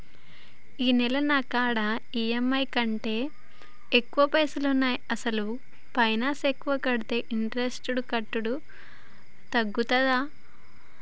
ఈ నెల నా కాడా ఈ.ఎమ్.ఐ కంటే ఎక్కువ పైసల్ ఉన్నాయి అసలు పైసల్ ఎక్కువ కడితే ఇంట్రెస్ట్ కట్టుడు తగ్గుతదా?